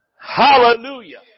Hallelujah